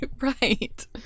Right